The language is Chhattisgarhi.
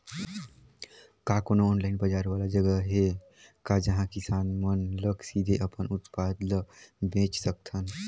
का कोनो ऑनलाइन बाजार वाला जगह हे का जहां किसान मन ल सीधे अपन उत्पाद ल बेच सकथन?